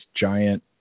giant